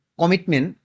commitment